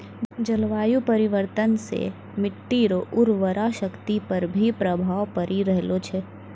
जलवायु परिवर्तन से मट्टी रो उर्वरा शक्ति पर भी प्रभाव पड़ी रहलो छै